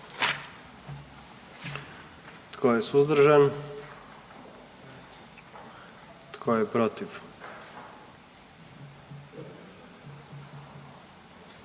Tko je suzdržan? Tko je protiv?